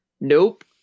Nope